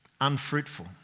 unfruitful